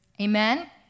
amen